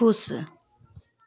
खुश